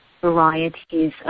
varieties